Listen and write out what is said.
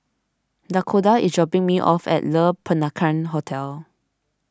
Dakoda is dropping me off at Le Peranakan Hotel